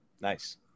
nice